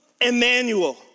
Emmanuel